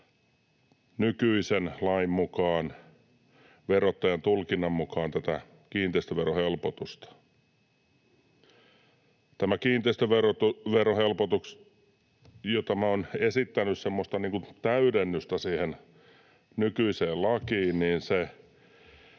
nykyisen lain mukaan saa verottajan tulkinnan mukaan tätä kiinteistöverohelpotusta. Tämä kiinteistöverohelpotus, jota minä olen esittänyt — semmoinen täydennys siihen nykyiseen lakiin